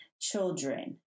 children